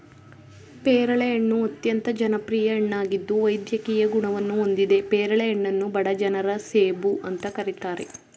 ಪೇರಳೆ ಹಣ್ಣು ಅತ್ಯಂತ ಜನಪ್ರಿಯ ಹಣ್ಣಾಗಿದ್ದು ವೈದ್ಯಕೀಯ ಗುಣವನ್ನು ಹೊಂದಿದೆ ಪೇರಳೆ ಹಣ್ಣನ್ನು ಬಡ ಜನರ ಸೇಬು ಅಂತ ಕರೀತಾರೆ